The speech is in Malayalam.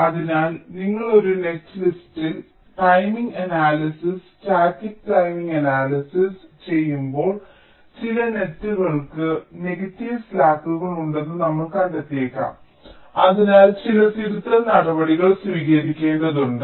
അതിനാൽ നിങ്ങൾ ഒരു നെറ്റ്ലിസ്റ്റിൽ timing analysis static timing analysis ചെയ്യുമ്പോൾ ചില നെറ്റ്കൾക്ക് നെഗറ്റീവ് സ്ലാക്കുകൾ ഉണ്ടെന്ന് നമ്മൾ കണ്ടെത്തിയേക്കാം അതിനാൽ ചില തിരുത്തൽ നടപടികൾ സ്വീകരിക്കേണ്ടതുണ്ട്